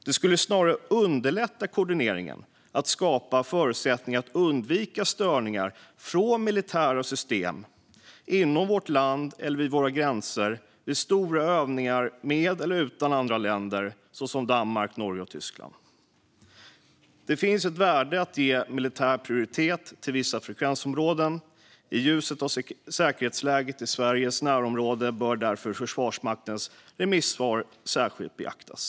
Det skulle snarare underlätta koordineringen att skapa förutsättningar att undvika störningar från militära system inom vårt land eller vid våra gränser vid stora övningar med eller utan andra länder såsom Danmark, Norge och Tyskland. Det finns ett värde i att ge militär prioritet till vissa frekvensområden. I ljuset av säkerhetsläget i Sveriges närområde bör därför Försvarsmaktens remissvar särskilt beaktas.